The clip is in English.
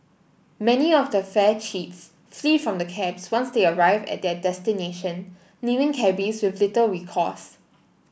many of the fare cheats flee from the cabs once they arrive at their destination leaving cabbies with little recourse